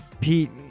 Pete